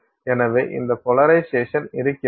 எனவே இந்த போலரைசேஷன் இருக்கிறது